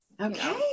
Okay